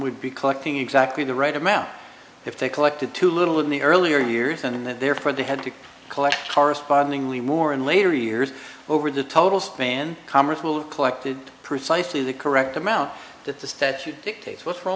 would be collecting exactly the right amount if they collected too little in the earlier years and that therefore they had to collect correspondingly more in later years over the total span congress will collect in precisely the correct amount that the statute dictates what's wrong